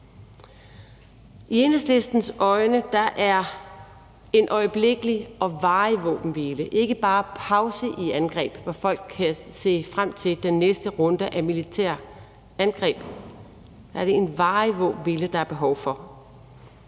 I Enhedslistens øjne er en øjeblikkelig og varig våbenhvile ikke bare en pause i angrebene, hvor folk kan se frem til den næste runde af militære angreb, nej, det er en varig våbenhvile, der er behov for.